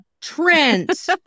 Trent